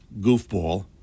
goofball